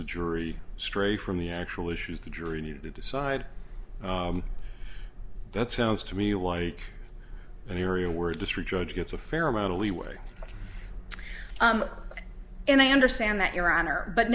the jury stray from the actual issues the jury needed to decide that sounds to me like an area where district judge gets a fair amount of leeway and i understand that your honor but